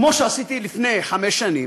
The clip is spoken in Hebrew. כמו שעשיתי לפני חמש שנים,